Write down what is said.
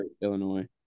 Illinois